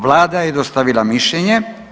Vlada je dostavila mišljenje.